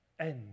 end